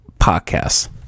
podcasts